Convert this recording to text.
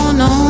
no